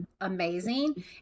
amazing